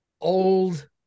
old